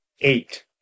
Eight